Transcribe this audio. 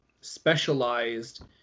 specialized